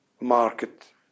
market